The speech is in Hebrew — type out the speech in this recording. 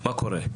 מה קורה?